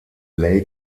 lake